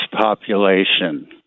population